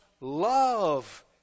love